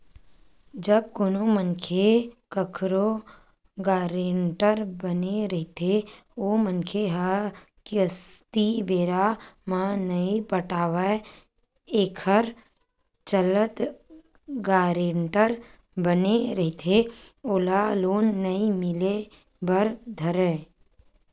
जब कोनो मनखे कखरो गारेंटर बने रहिथे ओ मनखे ह किस्ती बेरा म नइ पटावय एखर चलत गारेंटर बने रहिथे ओला लोन नइ मिले बर धरय